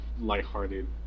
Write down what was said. lighthearted